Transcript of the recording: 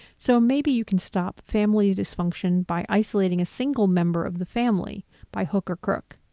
so maybe you can stop family dysfunction by isolating a single member of the family by hook or crook.